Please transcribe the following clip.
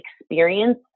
experience